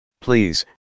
Please